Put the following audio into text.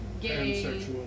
gay